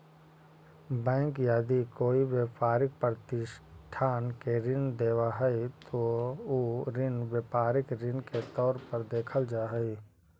bank यदि कोई व्यापारिक प्रतिष्ठान के ऋण देवऽ हइ त उ ऋण व्यापारिक ऋण के तौर पर देखल जा हइ